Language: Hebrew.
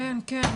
כן, כן.